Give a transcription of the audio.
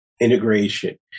Integration